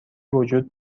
وجود